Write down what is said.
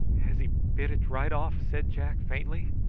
has he bit it right off? said jack faintly.